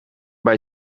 bij